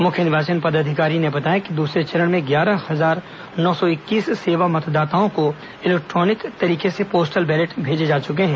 मुख्य निर्वाचन पदाधिकारी ने बताया कि दूसरे चरण में ग्यारह हजार नौ सौ इक्कीस सेवा मतदाताओं को इलेक्ट्रॉनिक तरीके से पोस्टल बैलेट भेजे जा चुके हैं